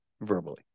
verbally